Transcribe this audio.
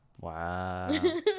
Wow